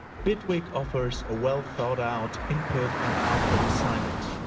bitwig offers a well thought out input and output assignment.